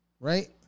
right